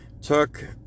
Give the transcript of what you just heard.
took